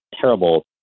terrible